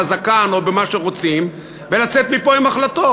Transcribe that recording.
בזקן או במה שרוצים ולצאת מפה עם החלטות?